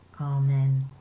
Amen